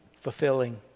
fulfilling